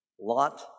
Lot